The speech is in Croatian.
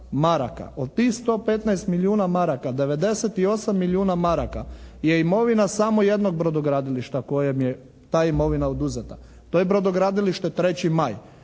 od tih 115 milijuna DEM 98 milijuna DEM je imovina samo jednog brodogradilišta kojem je ta imovina oduzeta. To je brodogradilište 3. maj.